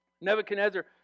Nebuchadnezzar